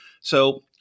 So-